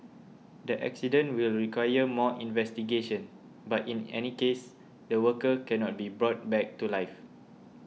the accident will require more investigation but in any case the worker cannot be brought back to life